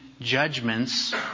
judgments